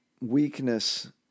weakness